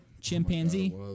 chimpanzee